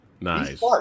Nice